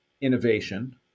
innovation